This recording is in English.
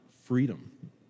freedom